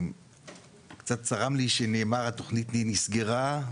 קצת צרם לי שנאמר שהתוכנית נסגרה,